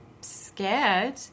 scared